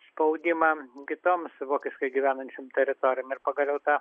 spaudimą kitoms vokiškai gyvenančiom teritorijom ir pagaliau ta